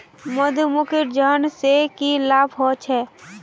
मधुमक्खीर झुंड स की लाभ ह छेक